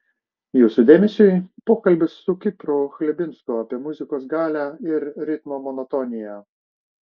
jūsų dėmesiui pokalbis su kipru chlebinsku apie muzikos galią ir ritmo monotoniją